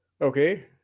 Okay